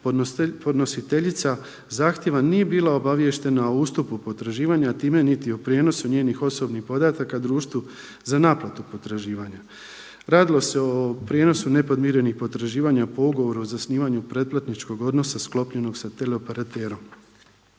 podnositeljica zahtjeva nije bila obaviještena o ustupu potraživanja, a time niti o prijenosu njenih osobnih podataka društvu za naplatu potraživanja. Radilo se o prijenosu nepodmirenih potraživanja po ugovoru za osnivanju pretplatničkog odnosa sklopljenog sa teleoperaterom.